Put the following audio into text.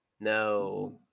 No